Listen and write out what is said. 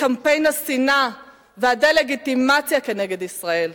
קמפיין השנאה והדה-לגיטימציה כנגד ישראל.